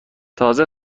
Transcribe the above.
تازه